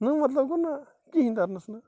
نَہ مطلب گوٚو نَہ کِہیٖنٛۍ تَرنَس نہٕ